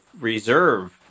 reserve